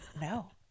no